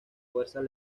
fuerzas